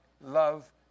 love